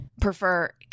prefer